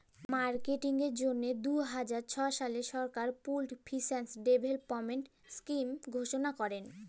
মার্কেটিংয়ের জ্যনহে দু হাজার ছ সালে সরকার পুল্ড ফিল্যাল্স ডেভেলপমেল্ট ইস্কিম ঘষলা ক্যরে